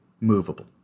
movable